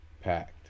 Packed